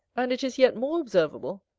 and it is yet more observable,